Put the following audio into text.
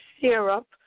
syrup